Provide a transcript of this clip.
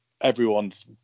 everyone's